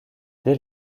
dès